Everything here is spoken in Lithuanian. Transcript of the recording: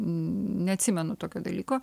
neatsimenu tokio dalyko